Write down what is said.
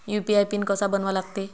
UPI PIN कसा बनवा लागते?